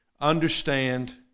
understand